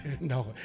no